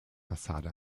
fassade